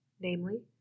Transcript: namely